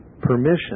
permission